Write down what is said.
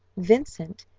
vincent,